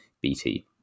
BT